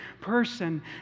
person